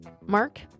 mark